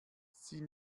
sie